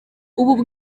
ubu